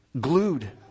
glued